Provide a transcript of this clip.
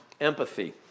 empathy